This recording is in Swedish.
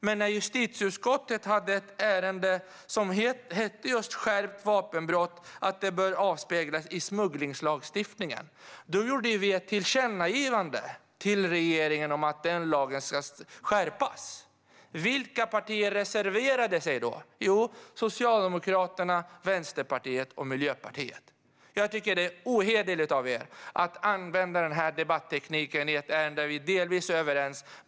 Men när justitieutskottet hade ett ärende som handlade just om skärpt syn på vapenbrott och att detta bör avspeglas i smugglingslagstiftningen gjorde vi ett tillkännagivande till regeringen om att lagen ska skärpas. Vilka partier reserverade sig då? Jo, Socialdemokraterna, Vänsterpartiet och Miljöpartiet. Jag tycker att det är ohederligt av er att använda denna debatteknik i ett ärende där vi delvis är överens.